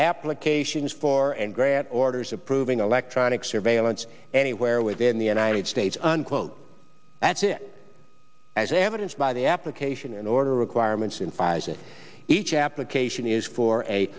applications for and grant orders approving electronic surveillance anywhere within the united states unquote that's it as evidenced by the application in order requirements in fison each application is for a